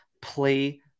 Play